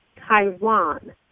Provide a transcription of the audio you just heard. Taiwan